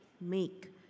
make